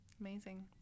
Amazing